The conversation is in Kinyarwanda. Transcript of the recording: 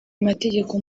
amategeko